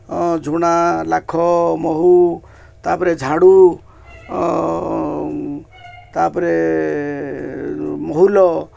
ଝୁଣା ଲାଖ ମହୁ ତା'ପରେ ଝାଡ଼ୁ ତା'ପରେ ମହୁଲ